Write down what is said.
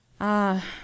Ah